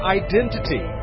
identity